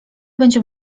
będzie